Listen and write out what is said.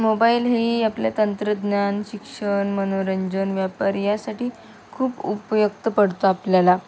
mobile हे आपल्या तंत्रज्ञान शिक्षण मनोरंजन व्यापार यासाठी खूप उपयुक्त पडतो आपल्याला